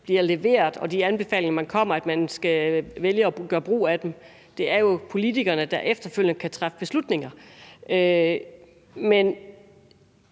bliver leveret nogle anbefalinger, er ikke ensbetydende med, at man skal vælge at gøre brug af dem. Det er jo politikerne, der efterfølgende kan træffe beslutninger. Men